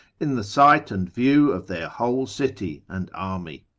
in the sight and view of their whole city and army.